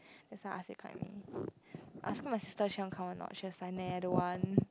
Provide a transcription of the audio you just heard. that's why I ask him come I was asking my sister she wanna come or not she was like nah I don't want